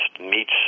meets